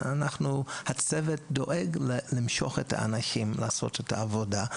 הצוות דואג למשוך את האנשים לעשות את העבודה.